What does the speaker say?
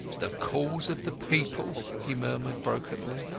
the cause of the people, he murmured brokenly,